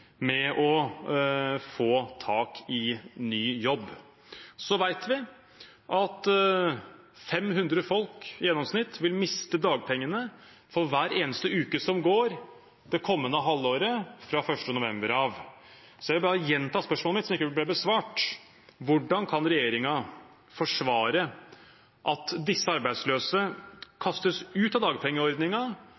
med å få tak i ny jobb. Vi vet at 500 folk i gjennomsnitt vil miste dagpengene for hver eneste uke som går det kommende halvåret fra 1. november. Jeg vil bare gjenta spørsmålet mitt, som ikke ble besvart: Hvordan kan regjeringen forsvare at disse arbeidsløse